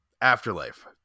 Afterlife